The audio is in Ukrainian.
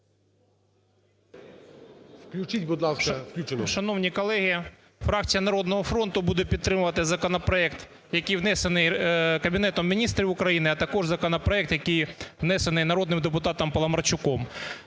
Включіть, будь ласка. 11:27:51 ГЕРАЩЕНКО А.Ю. Шановні колеги! Фракція "Народного фронту" буде підтримувати законопроект, який внесений Кабінетом Міністрів України, а також законопроект, який внесений народним депутатом Паламарчуком.